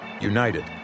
united